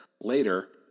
later